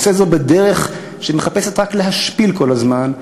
ועושה זאת בדרך שמחפשת רק להשפיל כל הזמן,